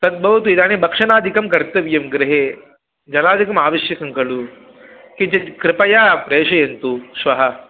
तद्भवतु इदानां भक्षणादिकं कर्तव्यं गृहे जलादिकम् आवश्यकं खलु किञ्चित् कृपया प्रेशयन्तु श्वः